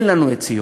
אין לנו את ציון.